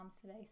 today